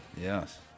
Yes